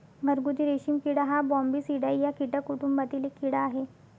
घरगुती रेशीम किडा हा बॉम्बीसिडाई या कीटक कुटुंबातील एक कीड़ा आहे